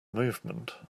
movement